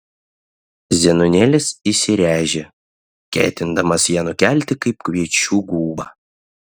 zenonėlis įsiręžė ketindamas ją nukelti kaip kviečių gubą